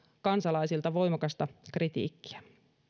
kansalaisilta voimakasta kritiikkiä